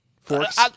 Forks